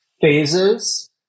phases